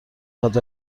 خواد